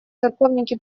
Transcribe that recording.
церковники